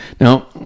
Now